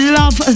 love